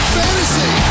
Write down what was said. fantasy